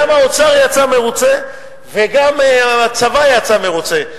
גם האוצר יצא מרוצה וגם הצבא יצא מרוצה.